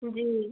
जी